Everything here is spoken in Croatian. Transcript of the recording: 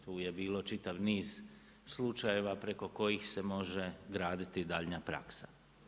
Tu je bilo čitav niz slučajeva preko kojih se može graditi daljnja praksa.